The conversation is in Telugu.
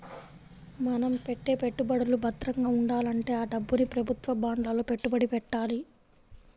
మన పెట్టే పెట్టుబడులు భద్రంగా ఉండాలంటే ఆ డబ్బుని ప్రభుత్వ బాండ్లలో పెట్టుబడి పెట్టాలి